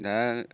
दा